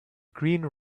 green